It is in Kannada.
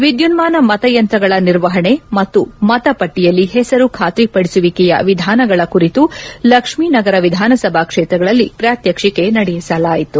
ವಿದ್ದುನ್ನಾನ ಮತ ಯಂತ್ರಗಳ ನಿರ್ವಹಣೆ ಮತ್ತು ಮತಪಟ್ಟಿಯಲ್ಲಿ ಹೆಸರು ಖಾತ್ರಿ ಪಡಿಸುವಿಕೆಯ ವಿಧಾನಗಳ ಕುರಿತು ಲಕ್ಷ್ಮೀನಗರ ವಿಧಾನಸಭಾ ಕ್ಷೇತ್ರಗಳಲ್ಲಿ ಪ್ರಾತ್ಯಕ್ಷಿಕೆ ನಡೆಯಲಾಯಿತು